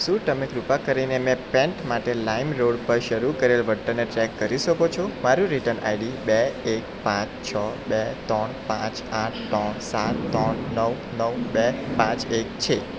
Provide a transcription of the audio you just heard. શું તમે કૃપા કરીને મેં પેન્ટ માટે લાઈમ રોડ પર શરૂ કરેલ વળતરને ટ્રેક કરી શકો છો મારું રીટર્ન આઈડી બે એક પાંચ છ બે તણ પાંચ આઠ ત્રણ સાત ત્રણ નવ નવ બે પાંચ એક છે